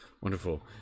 Wonderful